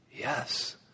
Yes